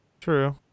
True